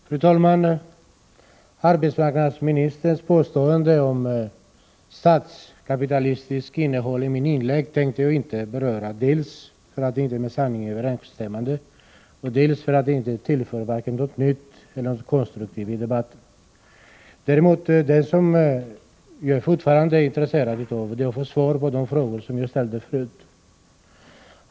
Fru talman! Arbetsmarknadsministerns påstående om statskapitalistiskt innehåll i mitt inlägg tänker jag inte beröra dels därför att det inte är med sanningen överensstämmande, dels därför att det inte tillför vare sig något nytt eller något konstruktivt till debatten. Däremot är jag fortfarande intresserad av att få svar på de frågor som jag ställde förut.